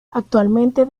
actualmente